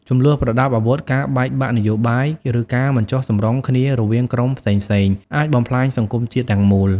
ជម្លោះប្រដាប់អាវុធ ការបែកបាក់នយោបាយ ឬការមិនចុះសម្រុងគ្នារវាងក្រុមផ្សេងៗ អាចបំផ្លាញសង្គមជាតិទាំងមូល។